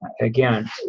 Again